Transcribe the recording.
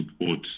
support